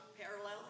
Parallel